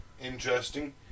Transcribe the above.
Interesting